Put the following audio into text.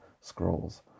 scrolls